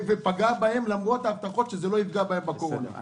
ופגע בהם למרות ההבטחות שזה לא יפגע בהם בקורונה.